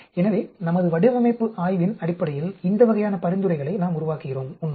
எனவே நமது வடிவமைப்பு ஆய்வின் அடிப்படையில் இந்த வகையான பரிந்துரைகளை நாம் உருவாக்குகிறோம் உண்மையில்